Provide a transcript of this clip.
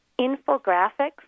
infographics